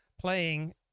playing